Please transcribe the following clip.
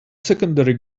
secondary